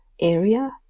area